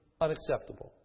unacceptable